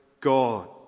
God